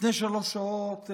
לפני שלוש שעות,